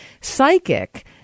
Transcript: psychic